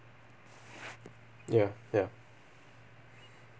ya ya